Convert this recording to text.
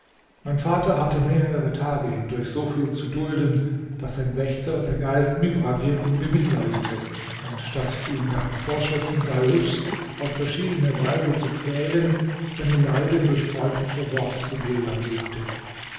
mein vater hatte mehrere tage hindurch so viel zu dulden daß sein wächter der geist mifradj ihn bemitleidete und statt ihn nach den vorschriften dalhudschs auf verschiedene weise zu quälen seine leiden durch freundliche worte zu mildem suchte